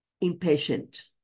impatient